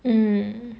mm